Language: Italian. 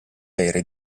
aerei